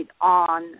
on